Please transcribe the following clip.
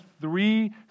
three